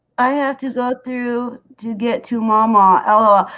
i have to go through to get to mama. oh,